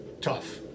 tough